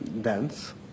Dance